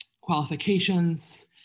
qualifications